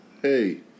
Hey